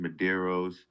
Medeiros